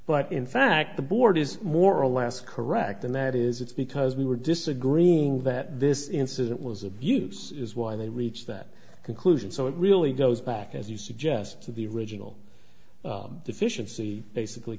but in fact the board is more a last correct and that is it's because we were disagreeing that this incident was abuse is why they reach that conclusion so it really goes back as you suggest to the regional deficiency basically